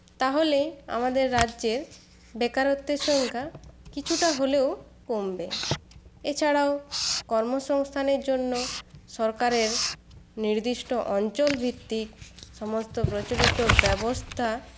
তাহলেই আমাদের রাজ্যের বেকারত্বের সংখ্যা কিছুটা হলেও কমবে এছাড়াও কর্মসংস্থানের জন্য সরকারের নির্দিষ্ট অঞ্চল ভিত্তিক সমস্ত প্রচলিত ব্যবস্থা